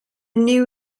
new